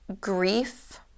grief